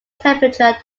temperature